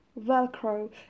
Velcro